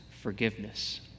forgiveness